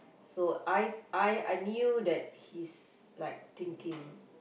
so I I I knew that he's like thinking